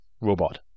robot